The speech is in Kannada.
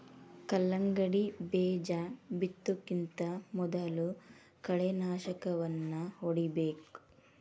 ಕಲ್ಲಂಗಡಿ ಬೇಜಾ ಬಿತ್ತುಕಿಂತ ಮೊದಲು ಕಳೆನಾಶಕವನ್ನಾ ಹೊಡಿಬೇಕ